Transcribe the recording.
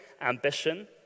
ambition